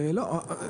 לא,